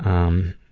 um,